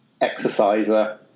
exerciser